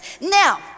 Now